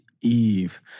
Eve